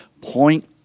Point